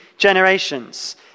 generations